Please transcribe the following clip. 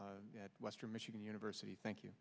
western michigan university thank you